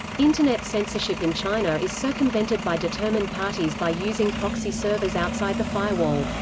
internet censorship in china is circumvented by determined parties by using proxy servers outside the firewall.